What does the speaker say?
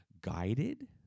guided